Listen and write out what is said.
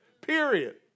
Period